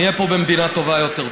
נהיה פה במדינה טובה יותר.